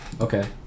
Okay